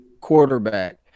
quarterback